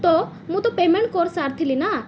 ତ ମୁଁ ତ ପେମେଣ୍ଟ କରିସାରିଥିଲି ନା